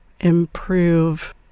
improve